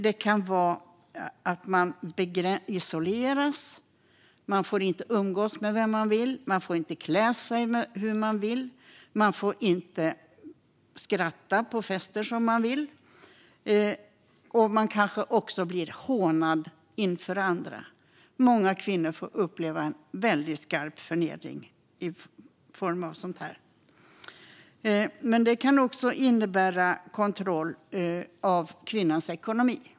Det kan vara att man isoleras, man inte får umgås med den man vill, man får inte klä sig hur man vill, man får inte skratta på fester som man vill och man kan bli hånad inför andra. Många kvinnor blir starkt förnedrade. Men sådant beteende kan också innebära kontroll av kvinnans ekonomi.